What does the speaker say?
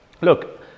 Look